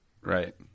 Right